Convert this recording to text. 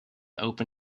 open